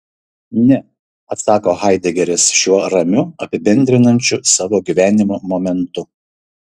ne atsako haidegeris šiuo ramiu apibendrinančiu savo gyvenimo momentu